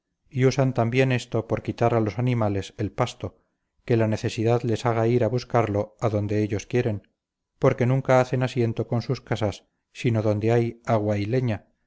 y usan también esto por quitar a los animales el pasto que la necesidad les haga ir a buscarlo adonde ellos quieren porque nunca hacen asiento con sus casas sino donde hay agua y leña